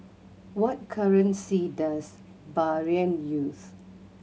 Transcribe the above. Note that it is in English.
what currency does Bahrain use